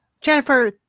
Jennifer